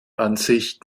ansicht